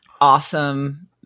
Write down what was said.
awesome